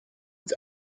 its